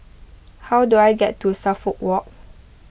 how do I get to Suffolk Walk